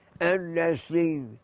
Endlessly